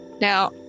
Now